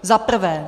Za prvé.